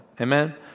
Amen